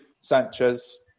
Sanchez